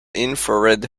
infrared